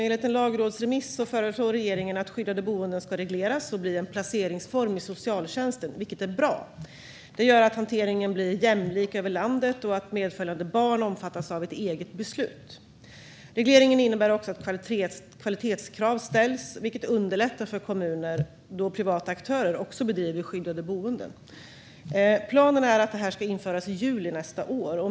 Enligt en lagrådsremiss föreslår regeringen att skyddade boenden ska regleras och bli en placeringsform i socialtjänsten, vilket är bra. Det gör att hanteringen blir jämlik över landet och att medföljande barn omfattas av ett eget beslut. Regleringen innebär också att kvalitetskrav ställs, vilket underlättar för kommuner, då privata aktörer också driver skyddade boenden. Planen är att detta ska införas i juli nästa år.